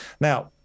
Now